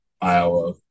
Iowa